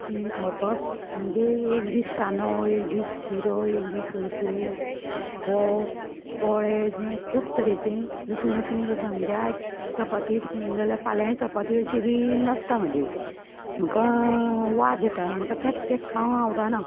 खावपाक म्हणजे एक दीस सांजो एक दीस शिरो एक दीस उसळी फोव पोळे अशें खूब तरेचें दुसरें दुसरें करता म्हणजे आयज चपाती जाल्या फाल्यांय चपाती अशें बी नासता म्हजें म्हाका वाज येता म्हाका तेंत तेंत खावंक आवडना